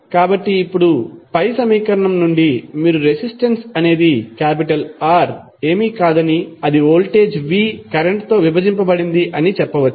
కాబట్టి ఇప్పుడు పై సమీకరణం నుండి మీరు రెసిస్టెన్స్ అనేది R ఏమీ కాదని వోల్టేజ్ V కరెంట్ తో విభజించబడింది అని చెప్పవచ్చు